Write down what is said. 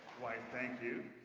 why thank you.